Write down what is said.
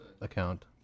account